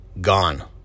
Gone